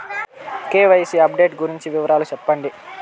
KYC update గురించి వివరాలు సెప్పండి?